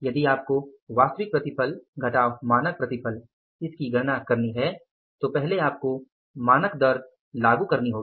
यदि आपको वास्तविक प्रतिफल घटाव मानक प्रतिफल इसकी गणना करनी है तो पहले आपको मानक दर लागू करनी होगी